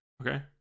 okay